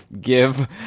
give